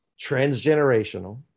Transgenerational